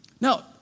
Now